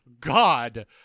God